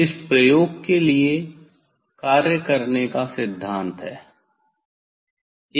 इस प्रयोग के लिए काम करने का सिद्धांत है